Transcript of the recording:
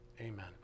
Amen